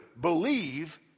believe